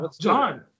john